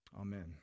Amen